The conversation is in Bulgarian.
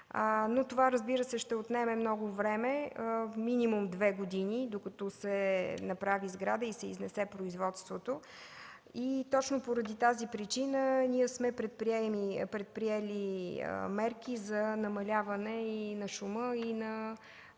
Това обаче ще отнеме много време – минимум две години, докато се направи сграда и се изнесе производството. Точно поради тази причина ние сме предприели мерки за намаляване на шума и